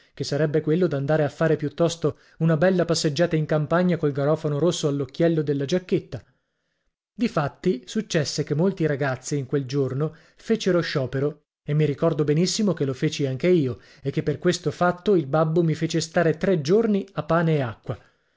che sarebbe quello d'andare a fare piuttosto una bella passeggiata in campagna col garofano rosso all'occhiello della giacchetta difatti successe che molti ragazzi in quel giorno fecero sciopero e mi ricordo benissimo che lo feci anche io e che per questo fatto il babbo mi fece stare tre giorni a pane e acqua